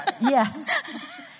Yes